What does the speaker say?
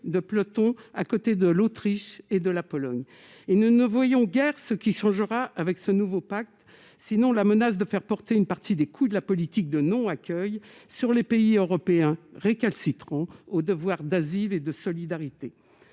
de peloton, à côté de l'Autriche et de la Pologne. Et nous ne voyons guère ce qui changera avec ce nouveau pacte, sinon la menace de faire porter une partie des coûts de la politique de non-accueil sur les pays européens récalcitrants au devoir d'asile et de solidarité.